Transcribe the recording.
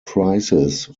crisis